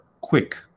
quick